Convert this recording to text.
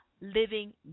living